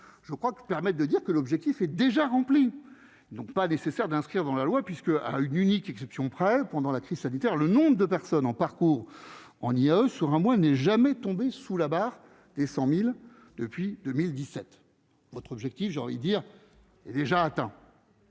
je crois que permettent de dire que l'objectif est déjà rempli donc pas nécessaire d'inscrire dans la loi, puisque à une unique exception près pendant la crise sanitaire, le nombre de personnes en parcours on y E sur un mois, n'est jamais tombé sous la barre des 100000 depuis 2017 votre objectif, j'allais dire, est déjà atteint.